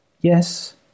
Yes